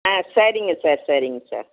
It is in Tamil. ஆ சரிங்க சார் சரிங்க சார்